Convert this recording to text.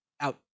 out